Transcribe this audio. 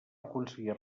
aconseguir